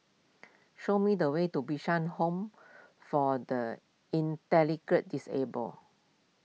show me the way to Bishan Home for the Intellec Disabled